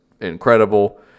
incredible